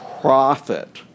profit